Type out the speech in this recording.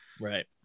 Right